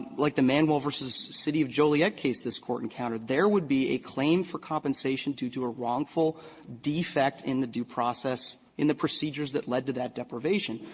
like the manuel v. city of joliet case this court encountered. there would be a claim for compensation due to a wrongful defect in the due process in the procedures that led to that deprivation.